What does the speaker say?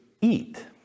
eat